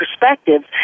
perspectives